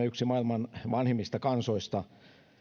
yksi maailman vanhimmista kansoista